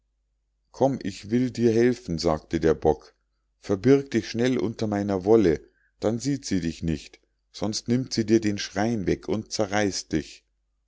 komm ich will dir helfen sagte der bock verbirg dich schnell unter meiner wolle dann sieht sie dich nicht sonst nimmt sie dir den schrein weg und zerreißt dich